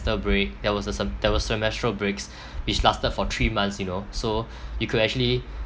semester break there was a sem there were semester breaks which lasted for three months you know so you could actually